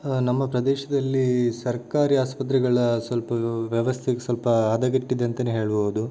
ನಮ್ಮ ಪ್ರದೇಶದಲ್ಲಿ ಸರ್ಕಾರಿ ಆಸ್ಪತ್ರೆಗಳ ಸ್ವಲ್ಪ ವ್ಯವಸ್ಥೆಗೆ ಸ್ವಲ್ಪ ಹದಗೆಟ್ಟಿದೆ ಅಂತಾನೆ ಹೇಳ್ಬೋದು